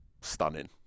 stunning